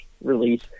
release